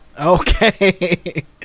Okay